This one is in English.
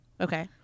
Okay